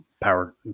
power